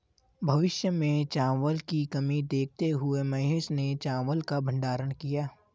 भविष्य में चावल की कमी देखते हुए महेश ने चावल का भंडारण किया